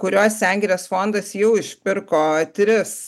kuriuos sengirės fondas jau išpirko tris